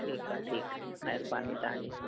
ठीकु आहे ठीकु महिरबानी तव्हां जी